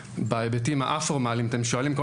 בהיבטים הא-פורמליים אתם שואלים כל